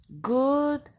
good